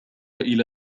إلى